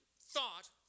thought